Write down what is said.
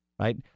Right